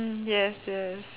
mm yes yes